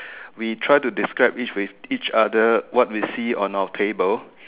we try to describe each with each other what we see on our table